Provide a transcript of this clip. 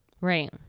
Right